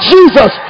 Jesus